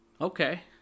Okay